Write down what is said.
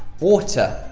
water.